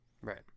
Right